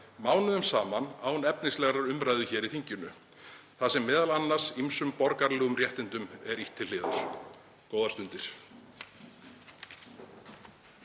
mánuðum saman án efnislegrar umræðu hér í þinginu, þar sem m.a. ýmsum borgaralegum réttindum er ýtt til hliðar. — Góðar stundir.